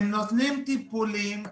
הם נותנים טיפולים,